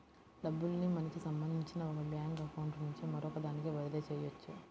డబ్బుల్ని మనకి సంబంధించిన ఒక బ్యేంకు అకౌంట్ నుంచి మరొకదానికి బదిలీ చెయ్యొచ్చు